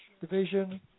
Division